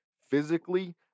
physically